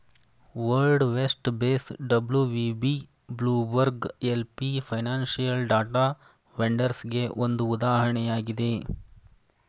world vest base WVB, Bloomberg LP financial data ವೆಂಡರ್ಸ್ಗೆಗೆ ಒಂದು ಉದಾಹರಣೆಯಾಗಿದೆ